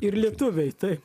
ir lietuviai taip